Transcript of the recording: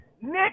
Nick